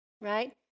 right